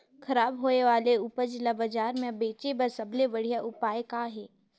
खराब होए वाले उपज ल बाजार म बेचे बर सबले बढ़िया उपाय का हे?